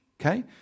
okay